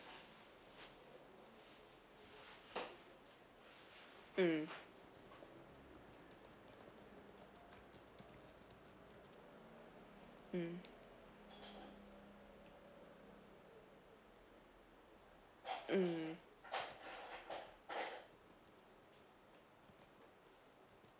mm mm mm